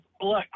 look